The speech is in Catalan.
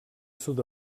sud